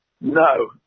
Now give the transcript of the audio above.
No